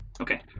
Okay